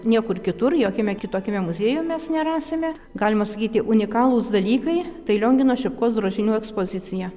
niekur kitur jokiame kitokiame muziejų mes nerasime galima sakyti unikalūs dalykai tai liongino šepkos drožinių ekspozicija